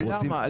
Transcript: למה?